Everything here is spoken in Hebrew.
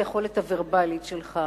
ביכולת הוורבלית שלך,